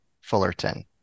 fullerton